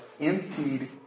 emptied